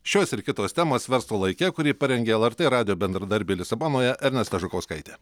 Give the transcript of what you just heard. šios ir kitos temos verslo laike kurį parengė tai radijo bendradarbė lisabonoje ernesta žukauskaitė